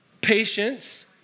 patience